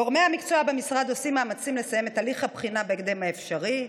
גורמי המקצוע במשרד עושים מאמצים לסיים את הליך הבחינה בהקדם האפשרי.